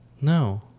no